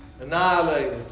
annihilated